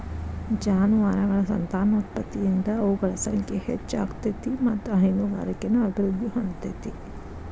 ಜಾನುವಾರಗಳ ಸಂತಾನೋತ್ಪತ್ತಿಯಿಂದ ಅವುಗಳ ಸಂಖ್ಯೆ ಹೆಚ್ಚ ಆಗ್ತೇತಿ ಮತ್ತ್ ಹೈನುಗಾರಿಕೆನು ಅಭಿವೃದ್ಧಿ ಹೊಂದತೇತಿ